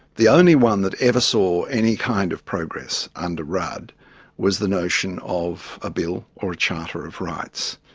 the only one that ever saw any kind of progress under rudd was the notion of a bill or a charter of rights.